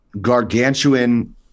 gargantuan